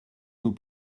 nous